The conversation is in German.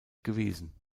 gewesen